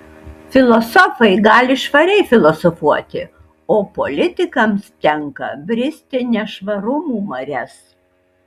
filosofai gali švariai filosofuoti o politikams tenka bristi nešvarumų marias